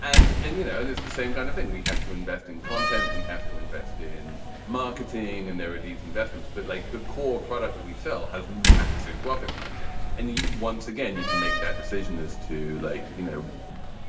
and and you know and it's the same kind of thing we have to invest in content. we have to invest in marketing and there are these investments. but like the core product that we sell has massive profit margins. and once again you can make that decision as as to like you know